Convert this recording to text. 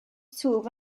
twf